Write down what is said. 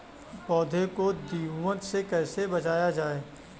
पौधों को दीमक से कैसे बचाया जाय?